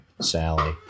Sally